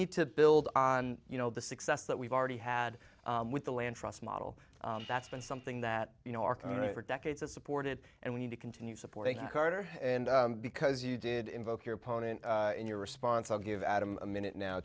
need to build on you know the success that we've already had with the land trust model that's been something that you know arco for decades has supported and we need to continue supporting carter and because you did invoke your opponent in your response i'll give adam a minute now